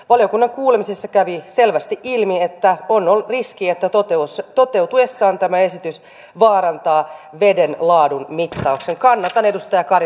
valiokunnan kuulemisissa kävi selvästi ilmi että on riski että toteutuessaan tämä esitys vaarantaa veden laadun mittauksen